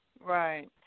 Right